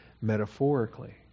metaphorically